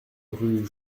rue